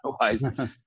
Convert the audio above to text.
otherwise